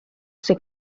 sue